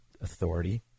authority